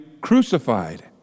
crucified